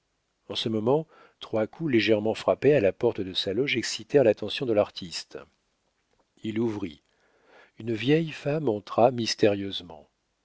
en ce moment trois coups légèrement frappés à la porte de sa loge excitèrent l'attention de l'artiste il ouvrit une vieille femme entra mystérieusement